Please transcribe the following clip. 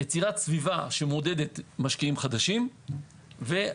יצירת סביבה שמעודדת משקיעים חדשים והבטחת